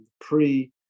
pre